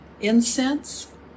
incense